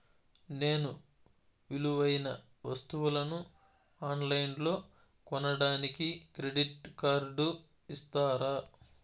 నేను విలువైన వస్తువులను ఆన్ లైన్లో కొనడానికి క్రెడిట్ కార్డు ఇస్తారా?